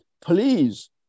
please